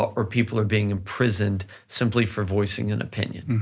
or people are being imprisoned, simply for voicing an opinion.